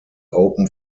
open